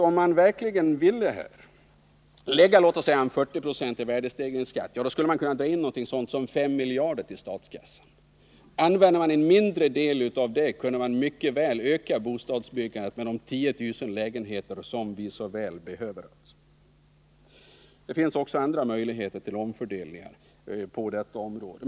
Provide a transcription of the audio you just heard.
Om man verkligen ville lägga t.ex. 40 90 av dessa vinster i värdestegringsskatt, skulle man kunna dra in ca 5 miljarder kronor till statskassan. Använder man en mindre del av detta belopp kunde man mycket väl öka bostadsbyggandet med de 10 000 lägenheter per år som vi så väl behöver. Det finns också andra möjligheter till omfördelningar på detta område.